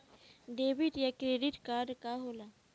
Debit या credit card का होला?